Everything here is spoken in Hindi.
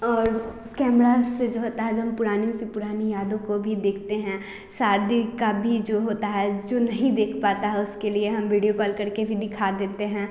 और कैमरा से जो होता है जब पुरानी से पुरानी यादों को भी देखते हैं शादी का भी जो होता है जो नहीं देख पाता है उसके लिए हम वीडियो कॉल करके भी दिखा देते हैं